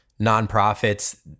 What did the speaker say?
nonprofits